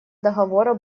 договора